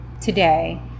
today